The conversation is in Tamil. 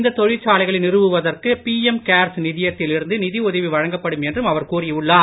இந்த தொழிற்சாலைகளை நிறுவுவதற்கு பிஎம் கேர்ஸ் நிதியத்திலிருந்து நிதி உதவி வழங்கப்படும் என்றும் அவர் கூறி உள்ளார்